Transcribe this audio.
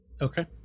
okay